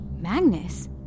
Magnus